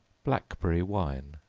blackberry wine.